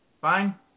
Fine